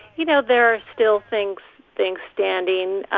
you know, there are still things things standing.